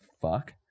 fuck